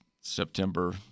September